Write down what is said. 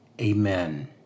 amen